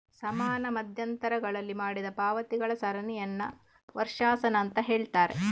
ಸಮಾನ ಮಧ್ಯಂತರಗಳಲ್ಲಿ ಮಾಡಿದ ಪಾವತಿಗಳ ಸರಣಿಯನ್ನ ವರ್ಷಾಶನ ಅಂತ ಹೇಳ್ತಾರೆ